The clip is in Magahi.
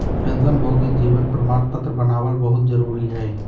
पेंशनभोगी जीवन प्रमाण पत्र बनाबल बहुत जरुरी हइ